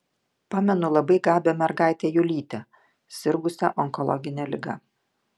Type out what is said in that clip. pamenu labai gabią mergaitę julytę sirgusią onkologine liga